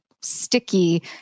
sticky